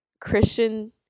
Christian